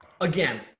again